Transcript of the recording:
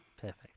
Perfect